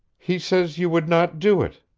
he says you would not do it.